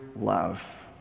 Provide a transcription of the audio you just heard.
love